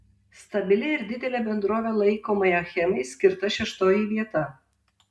stabilia ir didele bendrove laikomai achemai skirta šeštoji vieta